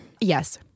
Yes